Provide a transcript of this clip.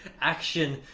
action.